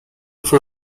for